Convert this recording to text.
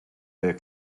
their